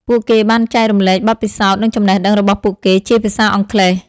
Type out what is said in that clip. ពួកគេបានចែករំលែកបទពិសោធន៍និងចំណេះដឹងរបស់ពួកគេជាភាសាអង់គ្លេស។